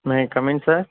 may I come in sir